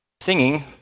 singing